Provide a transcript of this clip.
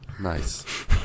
Nice